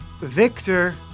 Victor